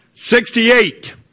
Sixty-eight